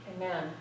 Amen